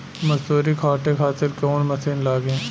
मसूरी काटे खातिर कोवन मसिन लागी?